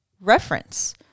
reference